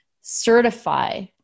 certify